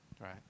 right